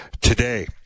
today